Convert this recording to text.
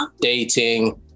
dating